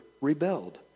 rebelled